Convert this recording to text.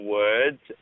words